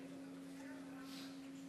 אדוני.